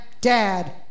dad